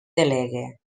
delegue